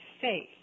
faith